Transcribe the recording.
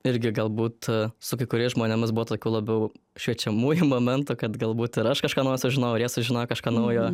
irgi galbūt su kai kuriais žmonėmis buvo tokių labiau šviečiamųjų momentų kad galbūt ir aš kažką naujo sužinojau ir jie sužinojo kažką naujo